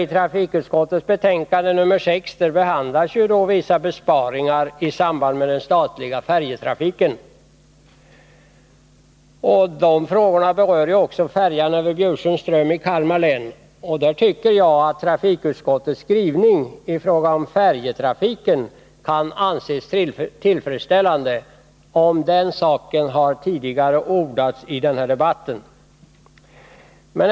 I trafikutskottets betänkande nr 6 behandlas bl.a. vissa besparingar i samband med den statliga färjetrafiken. Man berör också frågan om färjan över Bjursundsström i Kalmar län. Jag tycker att trafikutskottets skrivning i fråga om färjetrafiken kan anses, tillfredsställande. Om den saken har det ordats tidigare i den här debatten.